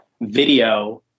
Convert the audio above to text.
video